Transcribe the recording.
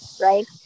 right